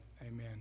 Amen